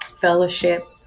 fellowship